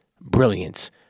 brilliance